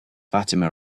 fatima